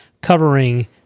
Covering